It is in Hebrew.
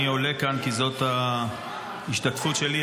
אני עולה לכאן כי זאת ההשתתפות שלי,